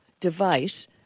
device